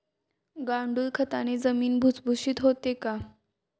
गांडूळ खताने जमीन भुसभुशीत होते का?